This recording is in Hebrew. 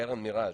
קרן מיראז'